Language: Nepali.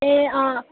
ए अँ